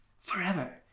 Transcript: forever